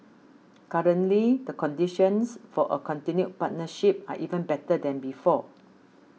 currently the conditions for a continued partnership are even better than before